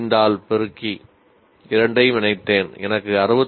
5 ஆல் பெருக்கி இரண்டையும் இணைத்தேன் எனக்கு 69